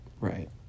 right